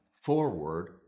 forward